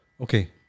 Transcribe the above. Okay